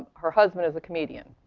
her husband is a comedian.